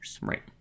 Right